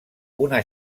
una